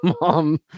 mom